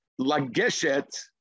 Lageshet